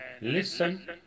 listen